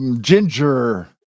Ginger